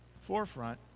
Forefront